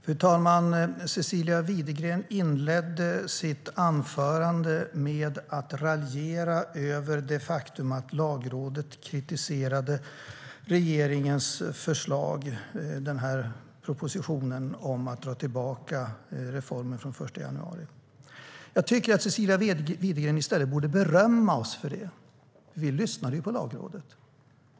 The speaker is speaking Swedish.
Fru talman! Cecilia Widegren inledde sitt anförande med att raljera över det faktum att Lagrådet kritiserade regeringens förslag, propositionen om att dra tillbaka reformen från den 1 januari. Jag tycker att Cecilia Widegren i stället borde berömma oss. Vi lyssnade på Lagrådet.